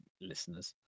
listeners